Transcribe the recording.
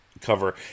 cover